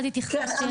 ואז התייחסות כללית.